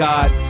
God